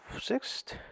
sixth